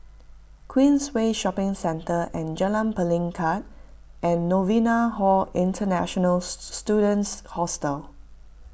Queensway Shopping Centre and Jalan Pelikat and Novena Hall International Students Hostel